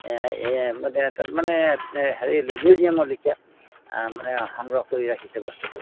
এই মানে তাত মানে হেৰি মিউজিয়ামৰ লিখিয়া মানে সংগ্ৰহ কৰি ৰাখিছে বস্তুটো